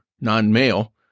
non-male